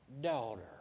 daughter